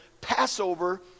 Passover